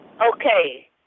Okay